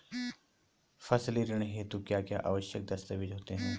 फसली ऋण हेतु क्या क्या आवश्यक दस्तावेज़ होते हैं?